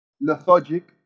lethargic